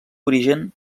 origen